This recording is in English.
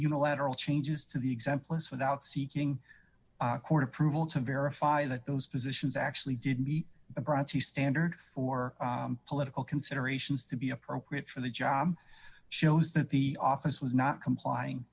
unilateral changes to the examples without seeking court approval to verify that those positions actually did meet the bronchi standard for political considerations to be appropriate for the job shows that the office was not complying